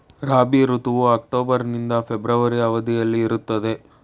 ರಾಬಿ ಋತುವು ಅಕ್ಟೋಬರ್ ನಿಂದ ಫೆಬ್ರವರಿ ಅವಧಿಯಲ್ಲಿ ಇರುತ್ತದೆ